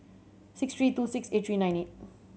six three two six eight three nine eight